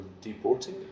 deporting